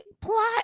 plot